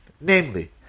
Namely